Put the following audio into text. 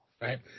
Right